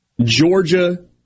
Georgia